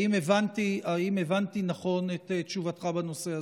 האם הבנתי נכון את תשובתך בנושא הזה?